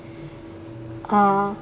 uh